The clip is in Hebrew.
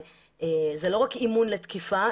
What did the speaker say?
זה לא רק אימון לתקיפה,